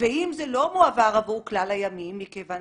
ואם זה לא מועבר עבור כלל הימים מכיוון